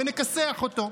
ונכסח אותו.